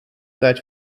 seit